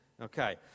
Okay